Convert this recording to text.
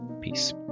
Peace